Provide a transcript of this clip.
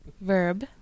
verb